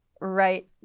right